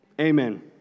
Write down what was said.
Amen